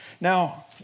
now